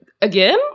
Again